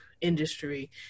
industry